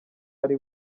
ari